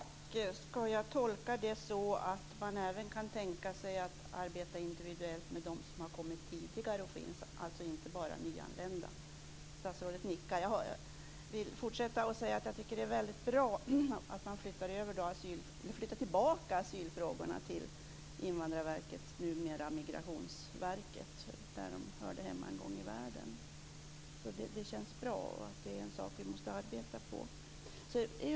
Fru talman! Ska jag tolka det så att man även kan tänka sig att arbeta individuellt med dem som har kommit tidigare och alltså inte bara med de nyanlända? Statsrådet nickar. Jag vill fortsätta med att säga att jag tycker att det är väldigt bra att man flyttar tillbaka asylfrågorna till Invandrarverket, numera Migrationsverket, där de hörde hemma en gång i världen. Det känns bra. Det är en sak som vi måste arbeta på.